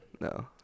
No